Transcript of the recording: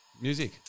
music